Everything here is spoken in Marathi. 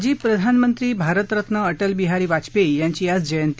माजी प्रधानमंत्री भारतरत्न अटलबिहारी वाजपेयी यांची आज जयंती